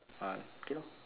ah okay lor